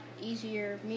easier